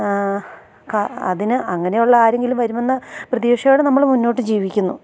അതിന് അങ്ങനെയുള്ള ആരെങ്കിലും വരുമെന്ന പ്രതീക്ഷയോടെ നമ്മൾ മുന്നോട്ട് ജീവിക്കുന്നു